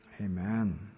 Amen